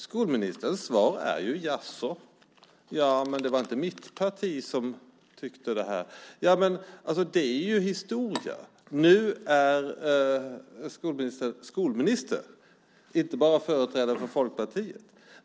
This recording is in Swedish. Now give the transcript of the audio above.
Skolministerns svar är: Jaså, ja, men det var inte mitt parti som tyckte så här. Men det är ju historia. Nu är Jan Björklund skolminister, inte bara företrädare för Folkpartiet.